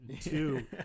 Two